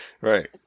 Right